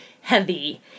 heavy